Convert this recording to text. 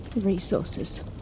resources